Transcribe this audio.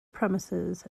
premises